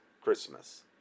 christmas